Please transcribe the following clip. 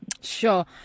Sure